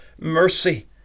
mercy